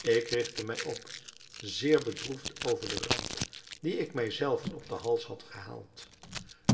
ik rigtte mij op zeer bedroefd over de ramp die ik mij zelven op den hals had gehaald